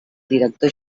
director